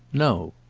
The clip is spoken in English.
no.